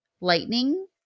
lightning